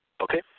Okay